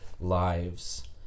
lives